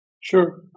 Sure